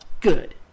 Good